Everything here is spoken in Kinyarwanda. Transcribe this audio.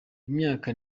imyaka